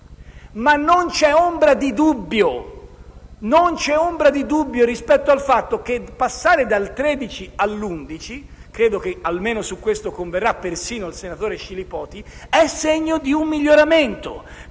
ma non c'è ombra di dubbio rispetto al fatto che passare dal 13 all'11 per cento - credo che almeno su questo converrà persino il senatore Scilipoti Isgrò - è segno di un miglioramento.